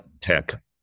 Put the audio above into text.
tech